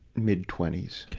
mid twenty so